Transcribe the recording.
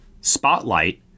Spotlight